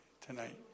tonight